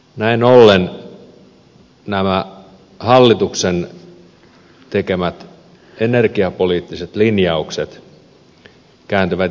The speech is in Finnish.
näin ollen nämä hallituksen tekemät energiapoliittiset linjaukset kääntyvät itseään vastaan